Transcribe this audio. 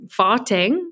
farting